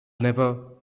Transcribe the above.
never